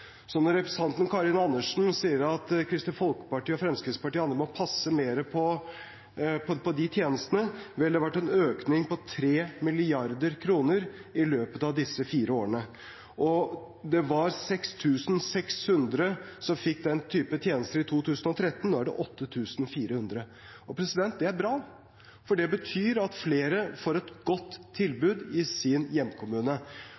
når representanten Karin Andersen sier at Kristelig Folkeparti og Fremskrittspartiet og andre må passe mer på de tjenestene – vel, det har vært en økning på 3 mrd. kr i løpet av disse fire årene. Det var 6 600 som fikk den type tjenester i 2013. Nå er det 8 400. Det er bra, for det betyr at flere får et godt